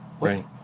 Right